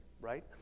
right